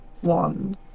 one